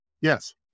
Yes